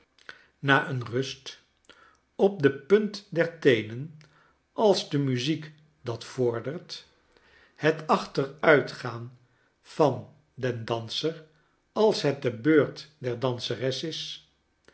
rust op de punt der teenen als de muziek dat vordert het achteruitgaan vandendanser als het de beurt der danseres is